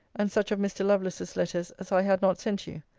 and such of mr. lovelace's letters as i had not sent you.